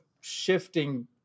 shifting